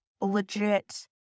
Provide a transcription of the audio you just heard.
legit